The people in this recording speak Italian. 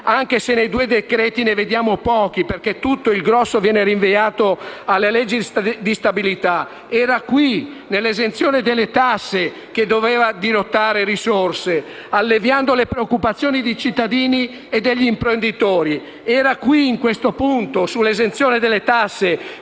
anche se nei due decreti-legge ne vediamo pochi perché tutto il grosso viene rinviato alle leggi di stabilità, era nell'esenzione delle tasse che doveva dirottare risorse, alleviando le preoccupazioni di cittadini e di imprenditori. Era qui, in questo punto, sull'esenzione delle tasse